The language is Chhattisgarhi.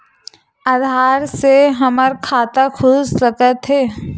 आधार से हमर खाता खुल सकत हे?